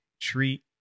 treat